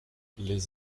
les